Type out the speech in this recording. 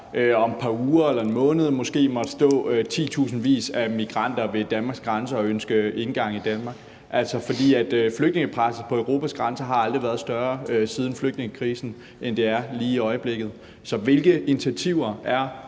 om et par uger eller en måned måtte stå titusindvis af migranter ved Danmarks grænse og ønske adgang til Danmark. For siden flygtningekrisen har flygtningepresset på Europas grænser ikke været større, end det er lige i øjeblikket. Så hvilke initiativer er